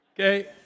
Okay